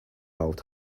out